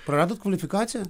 praradot kvalifikaciją